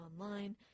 online